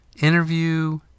interview